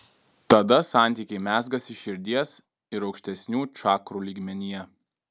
tada santykiai mezgasi širdies ir aukštesnių čakrų lygmenyje